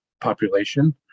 population